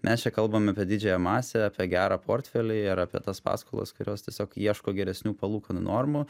mes čia kalbame apie didžiąją masę apie gerą portfelį ir apie tas paskolas kurios tiesiog ieško geresnių palūkanų normų